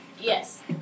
Yes